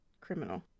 criminal